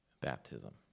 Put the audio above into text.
baptism